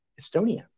Estonia